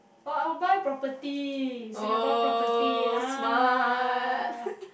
oh I will buy property Singapore property ah